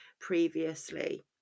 previously